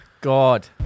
God